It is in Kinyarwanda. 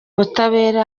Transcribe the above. ubutabera